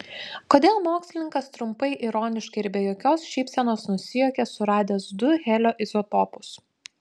kodėl mokslininkas trumpai ironiškai ir be jokios šypsenos nusijuokė suradęs du helio izotopus